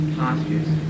postures